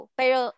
pero